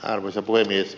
arvoisa puhemies